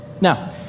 Now